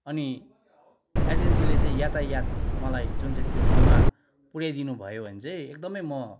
अनि एजेन्सीले चाहिँ यातायात मलाई जुन चाहिँ त्यो ठाउँमा पुर्याईदिनु भयो भने चाहिँ एकदमै म